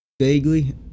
Vaguely